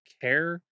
care